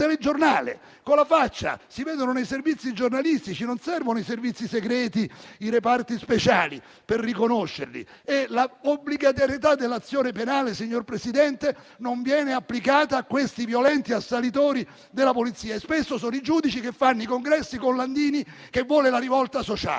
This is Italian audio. telegiornale, con la faccia scoperta. Si vedono nei servizi giornalistici: non servono i servizi segreti o i reparti speciali per riconoscerli. L'obbligatorietà dell'azione penale, signor Presidente, non viene applicata a quei violenti assalitori della Polizia e spesso sono i giudici che fanno i congressi con Landini che vuole la rivolta sociale.